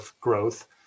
growth